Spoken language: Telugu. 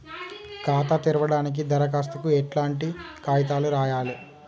ఖాతా తెరవడానికి దరఖాస్తుకు ఎట్లాంటి కాయితాలు రాయాలే?